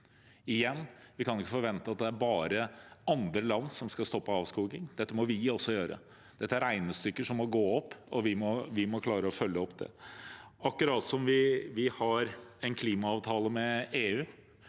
Vi kan ikke forvente at det bare er andre land som skal stoppe avskoging, dette må vi også gjøre. Dette er regnestykker som må gå opp, og vi må klare å følge opp det. Vi har en klimaavtale med EU,